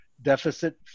deficit